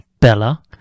Bella